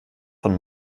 von